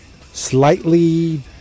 Slightly